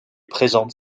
présente